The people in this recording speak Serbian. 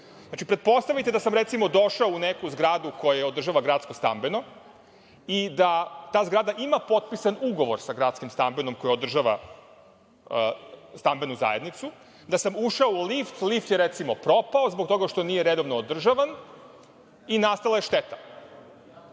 Znači, pretpostavite da sam, recimo, došao u neku zgradu koju održava Gradsko-stambeno i da ta zgrada ima potpisan ugovor sa Gradsko-stambenim koji održava stambenu zajednicu, da sam ušao u lift, lift je, recimo, propao, zbog toga što nije redovno održavan i nastala je šteta.